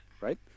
Right